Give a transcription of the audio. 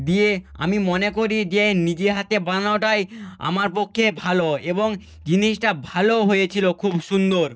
দিয়ে আমি মনে করি যে নিজে হাতে বানানোটাই আমার পক্ষে ভালো এবং জিনিসটা ভালোও হয়েছিল খুব সুন্দর